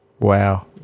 Wow